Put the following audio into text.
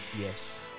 Yes